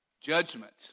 judgment